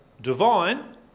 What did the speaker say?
divine